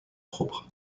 propre